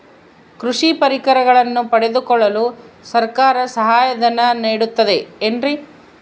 ಕೃಷಿ ಪರಿಕರಗಳನ್ನು ಪಡೆದುಕೊಳ್ಳಲು ಸರ್ಕಾರ ಸಹಾಯಧನ ನೇಡುತ್ತದೆ ಏನ್ರಿ?